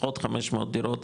לפחות 500 דירות,